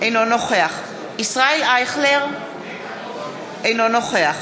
אינו נוכח ישראל אייכלר, אינו נוכח